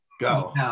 Go